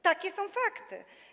Takie są fakty.